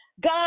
God